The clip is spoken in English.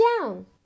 down